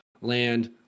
land